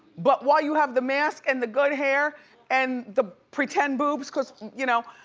but while you have the mask and the good hair and the pretend boobs cause, you know.